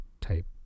type